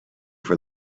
for